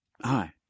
Hi